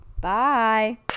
bye